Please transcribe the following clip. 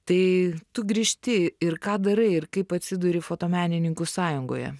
tai tu grįžti ir ką darai ir kaip atsiduri fotomenininkų sąjungoje